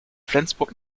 flensburg